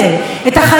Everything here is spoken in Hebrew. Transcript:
תודה רבה, גברתי.